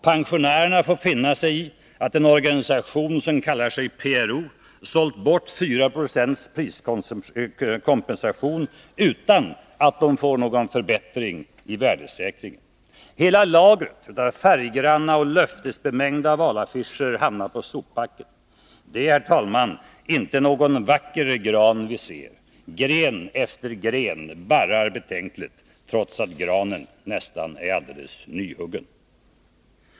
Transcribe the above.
Pensionärerna får finna sig i att en organisation som kallar sig PRO sålt bort 4 96 priskompensation, utan att de får någon förbättring i värdesäkringen. Hela lagret av färggranna och löftesbemängda valaffischer hamnar på sopbacken. Det är, herr talman, inte någon vacker gran vi ser. Gren efter gren barrar betänkligt, trots att granen är nästan alldeles nyhuggen.